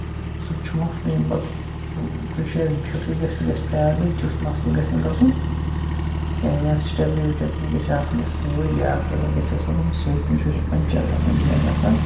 سُہ تہِ چھُ مَسلہٕ اَمہِ پَتہٕ کُنہِ جایہِ اسہ بِہتھٕے گژھِ تہٕ گژھِ پروبلِم تیُتھ مَسلہٕ گژھِ نہٕ گژھُن کیٚنٛہہ یا سِٹیپنی وِٹیپنی گژھِ آسٕنۍ اَتھ سۭتۍ بیاکھ ٹٲر گژھِ اسہِ آسُن اَتھ سۭتۍ کُنہِ جایہِ چھُ پَنچر گژھن کیٚنٛہہ گژھن